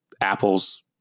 Apple's